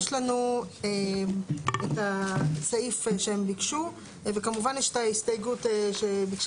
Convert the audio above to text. יש לנו את הסעיף שהם ביקשו וכמובן יש את ההסתייגות שביקשה